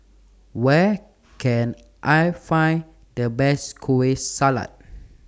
Where Can I Find The Best Kueh Salat